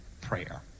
prayer